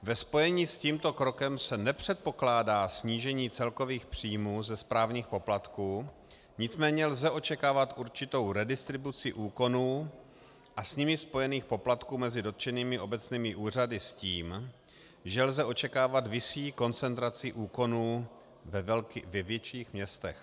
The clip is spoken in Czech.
Ve spojení s tímto krokem se nepředpokládá snížení celkových příjmů ze správních poplatků, nicméně lze očekávat určitou redistribuci úkonů a s nimi spojených poplatků mezi dotčenými obecními úřady s tím, že lze očekávat vyšší koncentraci úkonů ve větších městech.